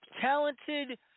talented